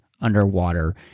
underwater